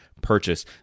purchase